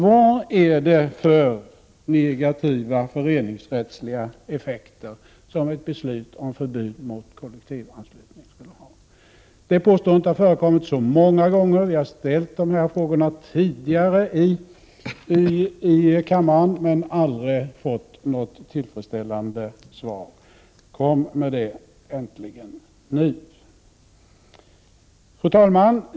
Vad är det för negativa föreningsrättsliga effekter som ett beslut om förbud mot kollektivanslutningen skulle ha? Det påståendet har förekommit så många gånger. Vi har ställt de här frågorna tidigare i kammaren, men aldrig fått något tillfredsställande svar. Kom med det nu äntligen! Fru talman!